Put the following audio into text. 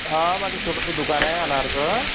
हां माझं छोटंसं दुकान आहे अनारचं